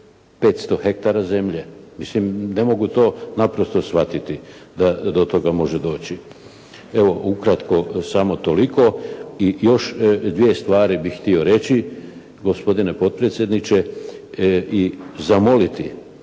500 hektara zemlje. Mislim ne mogu to naprosto shvatiti da do toga može doći. Evo ukratko samo toliko. I još dvije stvari bih htio reći gospodine potpredsjedniče i zamoliti,